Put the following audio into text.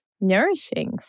nourishing